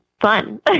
fun